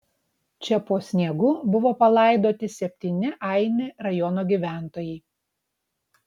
čia po sniegu buvo palaidoti septyni aini rajono gyventojai